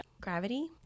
gravity